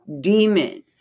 demon